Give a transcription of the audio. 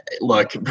look